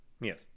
Yes